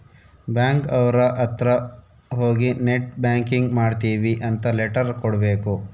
bank ಅವ್ರ ಅತ್ರ ಹೋಗಿ ನೆಟ್ ಬ್ಯಾಂಕಿಂಗ್ ಮಾಡ್ತೀವಿ ಅಂತ ಲೆಟರ್ ಕೊಡ್ಬೇಕು